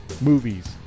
movies